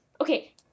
okay